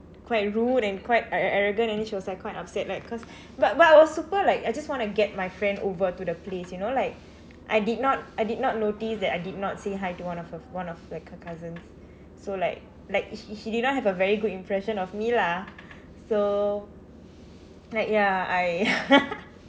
quite rude and quite ar~ arrogant and then she was like quite upset like cause but but I was super like I just want to get my friend over to the place you know like I did not I did not notice that I did not say hi to one of one of like her cousins so like like if if she did not have a very good impression of me lah so like ya I